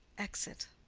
exit.